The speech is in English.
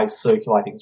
circulating